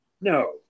No